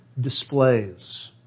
displays